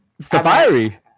Safari